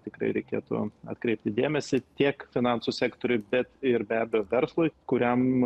tikrai reikėtų atkreipti dėmesį tiek finansų sektoriuj bet ir be abejo verslui kuriam